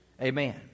Amen